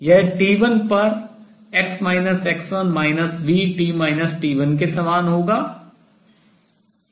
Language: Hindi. यह t1 पर v के समान होगा